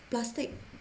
plastic